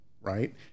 right